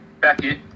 Beckett